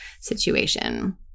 situation